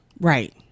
Right